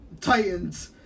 Titans